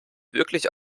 wirklich